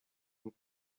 und